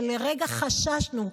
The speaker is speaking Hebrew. כי לרגע חששנו.